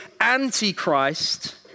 anti-Christ